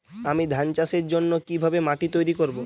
আমি ধান চাষের জন্য কি ভাবে মাটি তৈরী করব?